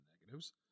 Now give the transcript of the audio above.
negatives